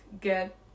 get